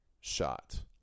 shot